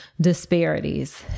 disparities